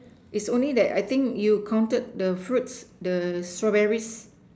it's only that I think you counted the fruits the strawberries